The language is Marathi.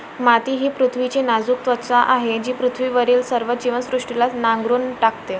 माती ही पृथ्वीची नाजूक त्वचा आहे जी पृथ्वीवरील सर्व जीवसृष्टीला नांगरून टाकते